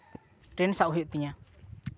train ᱥᱟᱵᱽ ᱦᱩᱭᱩᱜ ᱛᱤᱧᱟᱹ